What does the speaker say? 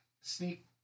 Sneak